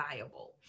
viable